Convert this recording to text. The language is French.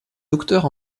docteurs